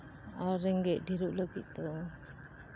ᱟᱨ ᱨᱮᱸᱜᱮᱡ ᱰᱷᱮᱨᱚᱜ ᱞᱟᱹᱜᱤᱫ ᱛᱮᱫᱚ